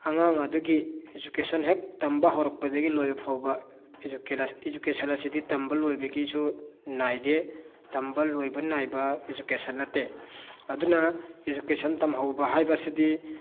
ꯑꯉꯥꯡ ꯑꯗꯨꯒꯤ ꯏꯖꯨꯀꯦꯁꯟ ꯍꯦꯛ ꯇꯝꯕ ꯍꯧꯔꯛꯄꯗꯒꯤ ꯂꯣꯏꯕ ꯐꯥꯎꯕ ꯏꯖꯨꯀꯦꯁꯟ ꯑꯁꯤꯗꯤ ꯇꯝꯕ ꯂꯣꯏꯕꯒꯤꯁꯨ ꯅꯥꯏꯗꯦ ꯇꯝꯕ ꯂꯣꯏꯕ ꯅꯥꯏꯕ ꯏꯖꯨꯀꯦꯁꯟ ꯅꯠꯇꯦ ꯑꯗꯨꯅ ꯏꯖꯨꯀꯦꯁꯟ ꯇꯝꯍꯧꯕ ꯍꯥꯏꯕ ꯑꯁꯤꯗꯤ